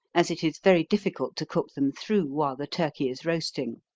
as it is very difficult to cook them through while the turkey is roasting.